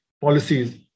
policies